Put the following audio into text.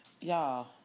Y'all